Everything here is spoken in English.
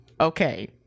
okay